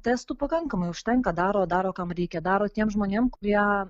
testų pakankamai užtenka daro daro kam reikia daro tiem žmonėm kurie